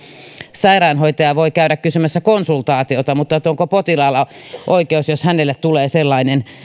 sairaanhoitaja voi käydä kysymässä konsultaatiota mutta onko potilaalla sellainen oikeus jos hänelle tulee sellainen